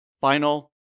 final